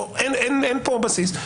אין פה בסיס,